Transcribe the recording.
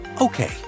Okay